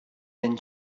than